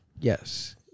yes